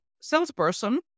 salesperson